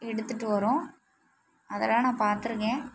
எடுத்துகிட்டு வரும் அதெலாம் நான் பார்த்துருக்கேன்